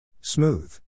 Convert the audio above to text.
Smooth